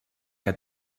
que